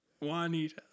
Juanita